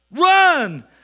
Run